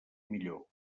millor